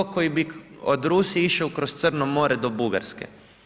koji bi od Rusije išao kroz Crno more do Bugarske.